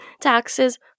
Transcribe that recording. taxes